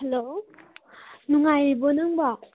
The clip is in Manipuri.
ꯍꯜꯂꯣ ꯅꯨꯡꯉꯥꯏꯔꯤꯕꯣ ꯅꯪꯕꯣ